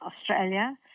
Australia